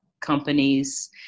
companies